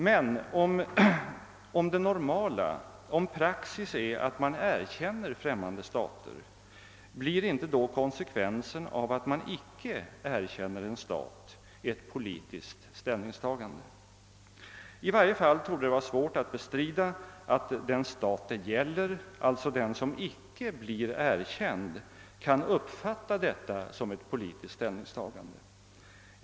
Men om det normala, om praxis är att man erkänner främmande stater, blir inte då konsekvensen av att man icke erkänner en stat ett politiskt ställningstagande? I varje fall torde det vara svårt att bestrida att den stat det gäller, alltså den som icke blir erkänd, kan uppfatta detta som ett politiskt ställningstagande.